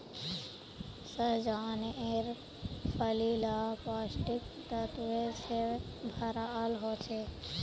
सह्जानेर फली ला पौष्टिक तत्वों से भराल होचे